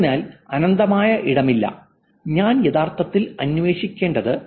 അതിനാൽ അനന്തമായ ഇടമല്ല ഞാൻ യഥാർത്ഥത്തിൽ അന്വേഷിക്കേണ്ടത്